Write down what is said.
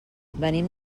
venim